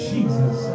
Jesus